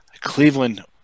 Cleveland